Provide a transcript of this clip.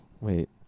Wait